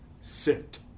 sit